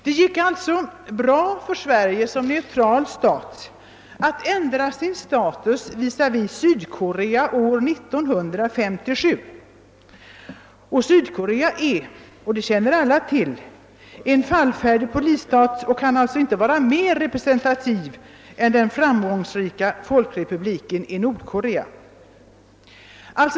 Det gick således bra för Sverige som neutral stat att visavi Sydkorea ändra status 1957, trots att Svd korea är en fallfärdig polisstat och inte kan vara mera representativ än den framgångsrika folkrepubliken i Nordkorea.